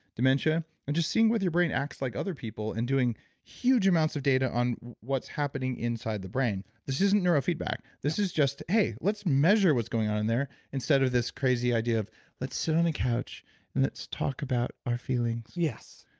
dementia and just seeing whether your brain acts like other people and doing huge amounts of data on what's happening inside the brain. this isn't neurofeedback. this is just hey, let's measure what's going on in there instead of this crazy idea of let's sit on the couch and let's talk about our feelings. yes!